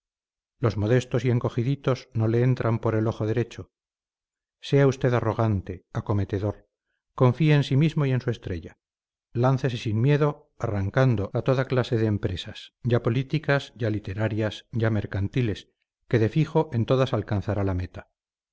los modestos y encogiditos no le entran por el ojo derecho sea usted arrogante acometedor confíe en sí mismo y en su estrella láncese sin miedo arrancando a toda clase de empresas ya políticas ya literarias ya mercantiles que de fijo en todas alcanzará la meta